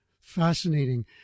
Fascinating